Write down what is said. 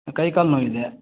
ಕೈ ಕಾಲು ನೋವಿದೆ